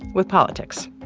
with politics.